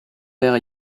père